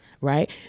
Right